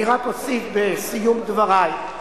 אני רק אוסיף בסיום דברי: